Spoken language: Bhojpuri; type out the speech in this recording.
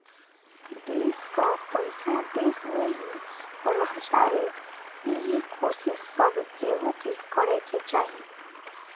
देस कअ पईसा देस में ही रह जाए इहे कोशिश सब केहू के करे के चाही